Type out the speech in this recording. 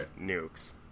nukes